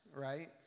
right